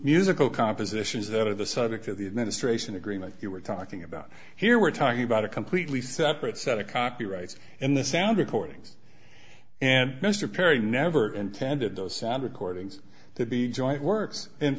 musical compositions that are the subject of the administration agreement you were talking about here we're talking about a completely separate set of copyrights in the sound recordings and mr perry never intended those sound recordings to be joint works in